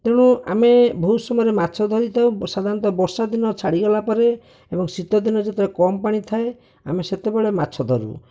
ତେଣୁ ଆମେ ବହୁତ ସମୟରେ ମାଛ ଧରିଥାଉ ସାଧାରଣତଃ ବର୍ଷାଦିନ ଛାଡ଼ି ଗଲାପରେ ଏବଂ ଶୀତଦିନ ଯେତେବେଳେ କମ ପାଣି ଥାଏ ଆମେ ସେତେବେଳେ ମାଛ ଧରୁ